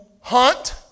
hunt